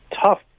tough